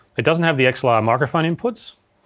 it doesn't have the xlr microphone inputs.